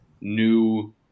new